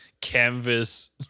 canvas